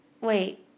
Wait